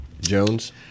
Jones